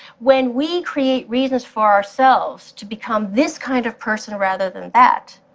when we create reasons for ourselves to become this kind of person rather than that,